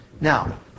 Now